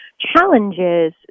challenges